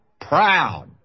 proud